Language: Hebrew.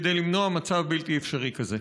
כדי למנוע מצב בלתי אפשרי כזה.